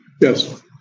Yes